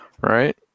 right